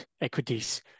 equities